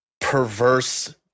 perverse